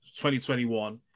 2021